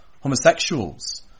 homosexuals